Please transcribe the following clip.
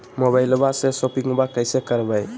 मोबाइलबा से शोपिंग्बा कैसे करबै?